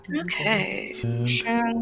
Okay